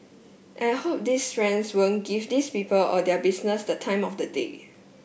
and I hope these friends won't give these people or their business the time of day